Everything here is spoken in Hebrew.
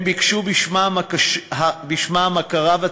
הם ביקשו בשמם הכרה, וצדק,